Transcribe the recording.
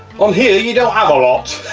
on here you don't have a lot.